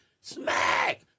smack